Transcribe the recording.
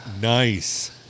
Nice